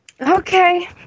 Okay